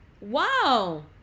wow